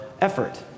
effort